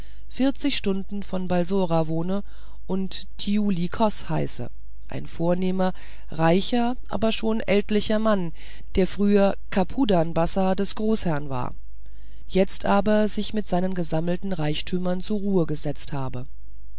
vierzig stunden von balsora wohne und thiuli kos heiße ein vornehmer reicher aber schon ältlicher mann der früher kapudan bassa des großherrn war jetzt aber sich mit seinen gesammelten reichtümern zu ruhe gesetzt habe